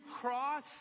cross